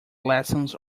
lessons